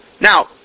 Now